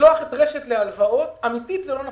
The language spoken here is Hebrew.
לשלוח את רש"ת לקחת הלוואות, אמיתית זה לא נכון.